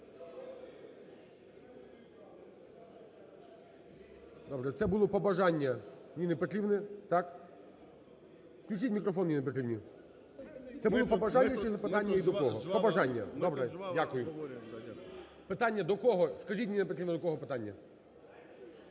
Добре, це було побажання Ніни Петрівни, так? Включіть мікрофон Ніні Петрівні це були побажання чи запитання? Побажання. Добре. Дякую. Питання до кого, скажіть, Ніна Петрівна, до кого питання?